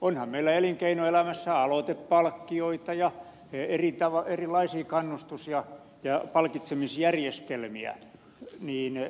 onhan meillä elinkeinoelämässä aloitepalkkioita ja erilaisia kannustus ja palkitsemisjärjestelmiä ja